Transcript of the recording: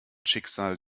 schicksal